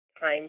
time